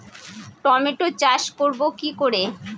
Tomato চাষ করব কি করে?